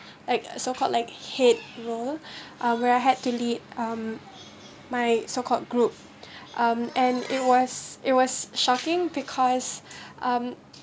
like so called like head role um where I had to lead um my so called group um and it was it was shocking because um